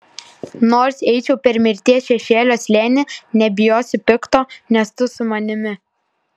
nors eičiau per mirties šešėlio slėnį nebijosiu pikto nes tu su manimi